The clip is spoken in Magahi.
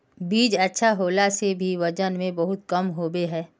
बीज अच्छा होला से भी वजन में बहुत कम होबे है?